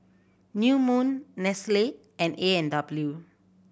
New Moon Nestle and A and W